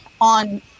on